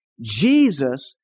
Jesus